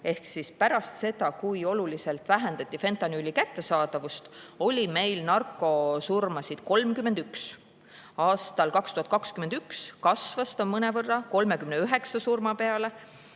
ehk pärast seda, kui oluliselt vähendati fentanüüli kättesaadavust, oli meil narkosurmasid 31. Aastal 2021 see kasvas mõnevõrra: 39 surma peale.